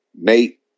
Nate